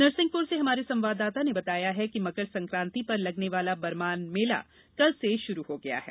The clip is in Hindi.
नरसिंहपुर् से हमारे संवाददाता ने बताया है मकर संकांति पर लगने वाला बरमान मेला कल से शुरू हो गया है